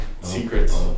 Secrets